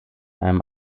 einem